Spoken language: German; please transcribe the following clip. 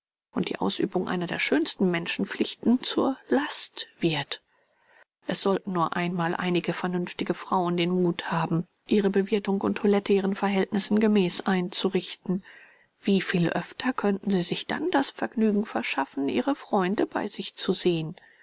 und die ausübung einer der schönsten menschenpflichten zur last wird es sollten nur einmal einige vernünftige frauen den muth haben ihre bewirthung und toilette ihren verhältnissen gemäß einzurichten wie viel öfter könnten sie sich dann das vergnügen verschaffen ihre freunde bei sich zu sehen